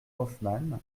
hoffmann